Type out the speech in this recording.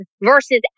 versus